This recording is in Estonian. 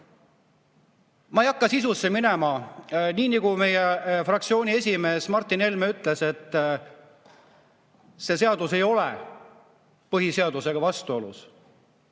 ei hakka sisusse minema. Nii nagu meie fraktsiooni esimees Martin Helme ütles, see seadus ei ole põhiseadusega vastuolus.